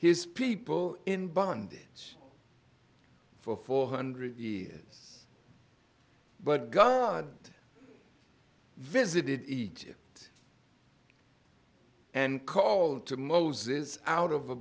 his people in bondage for four hundred years but god visited egypt and called to moses out of a